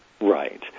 Right